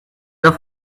the